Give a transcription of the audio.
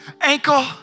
ankle